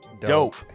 Dope